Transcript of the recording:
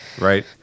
right